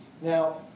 Now